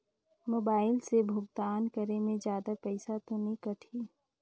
Mobile से भुगतान करे मे जादा पईसा तो नि कटही?